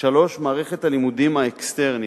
3. מערכת הלימודים האקסטרנית,